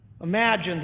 Imagine